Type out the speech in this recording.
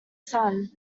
son